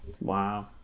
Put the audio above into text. Wow